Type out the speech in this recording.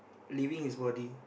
leaving his body